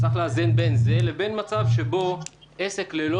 צריך לאזן בין זה לבין מצב שעסק ללא